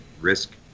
risk